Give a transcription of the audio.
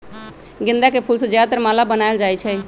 गेंदा के फूल से ज्यादातर माला बनाएल जाई छई